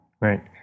Right